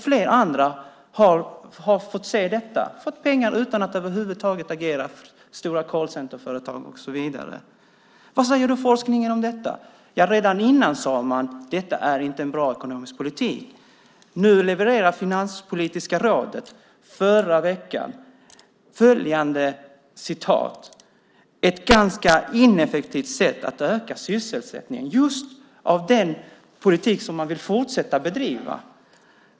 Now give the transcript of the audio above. Flera andra har fått pengar utan att över huvud taget ha agerat. Vad säger forskningen om detta? Ja, redan innan sade man: Detta är inte en bra ekonomisk politik. Nu levererade Finanspolitiska rådet förra veckan följande: Ett ganska ineffektivt sätt att öka sysselsättningen. Det är just den politik som man vill fortsätta att bedriva.